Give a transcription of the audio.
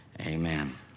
Amen